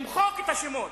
למחוק את השמות,